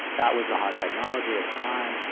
that was the hot technology at the time.